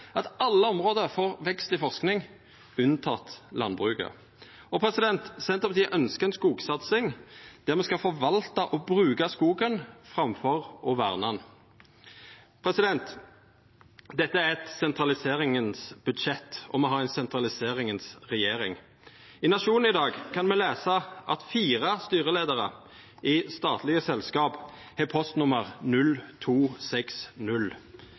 at alle område får vekst i forsking, unnateke landbruket. Senterpartiet ønskjer ei skogsatsing der me skal forvalta og bruka skogen, framfor å verna han. Dette er eit sentraliseringsbudsjett, og me har ei sentraliseringsregjering. I Nationen i dag kan me lesa at fire styreleiarar i statlege selskap har